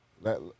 Let